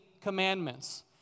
commandments